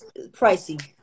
pricey